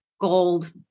gold